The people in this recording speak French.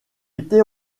était